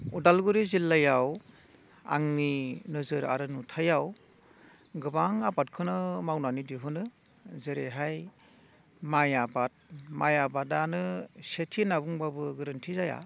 उदालगुरि जिल्लायाव आंनि नोजोर आरो नुथायाव गोबां आबादखौनो मावनानै दिहुनो जेरैहाय माइ आबाद माइ आबादानो सेथि होनना बुंब्लाबो गोरोन्थि जाया